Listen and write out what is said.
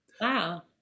Wow